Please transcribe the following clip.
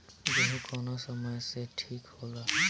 गेहू कौना समय मे ठिक होला?